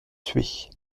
tuée